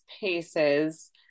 paces